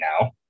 now